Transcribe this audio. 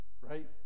right